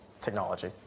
technology